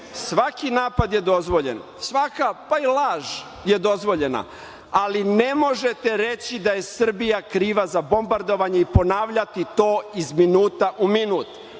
Svaki napad je dozvoljen. Svaka pa i laž je dozvoljena, ali ne možete reći da je Srbija kriva za bombardovanje i ponavljati to iz minuta u minut.